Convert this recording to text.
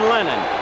Lennon